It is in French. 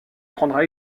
prendra